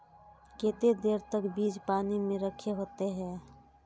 केते देर तक बीज पानी में रखे होते हैं?